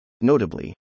Notably